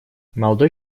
молодой